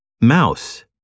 mouse